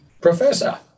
Professor